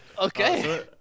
Okay